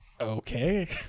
okay